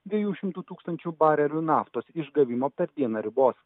dviejų šimtų tūkstančių barelių naftos išgavimo per dieną ribos